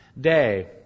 day